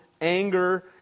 anger